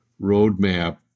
roadmap